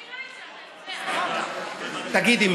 תגידי,